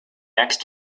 next